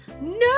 No